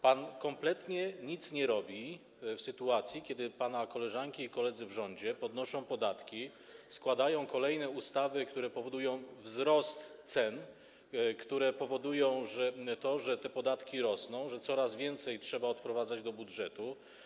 Pan kompletnie nic nie robi w sytuacji, kiedy pana koleżanki i koledzy w rządzie podnoszą podatki, składają kolejne ustawy, które powodują wzrost cen, które powodują, że te podatki rosną, że coraz więcej trzeba odprowadzać do budżetu.